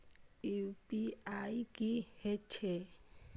UPI की हेछे?